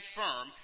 firm